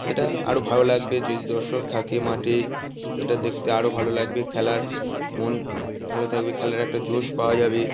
সেটা আরো ভালো লাগবে যদি দর্শক থাকে মাঠে সেটা দেখতে আরো ভালো লাগবে খেলার মন ভালো থাকবে খেলার একটা জোশ পাওয়া যাবে